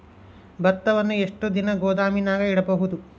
ಭತ್ತವನ್ನು ಎಷ್ಟು ದಿನ ಗೋದಾಮಿನಾಗ ಇಡಬಹುದು?